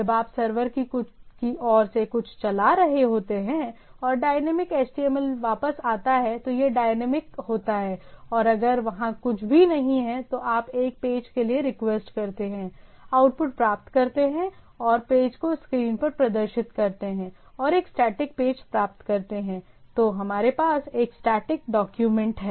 जब आप सर्वर की ओर से कुछ चला रहे होते हैं और डायनामिक HTML वापस आता है तो यह डायनामिक होता है और अगर वहाँ कुछ भी नहीं है तो आप एक पेज के लिए रिक्वेस्ट करते हैं आउटपुट प्राप्त करते हैं और पेज को स्क्रीन पर प्रदर्शित करते हैं और एक स्टैटिक पेज प्राप्त करते हैं तो हमारे पास एक स्टैटिक डॉक्यूमेंट है